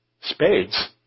Spades